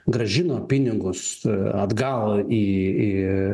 grąžino pinigus atgal į